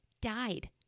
died